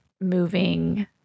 Moving